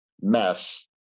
mess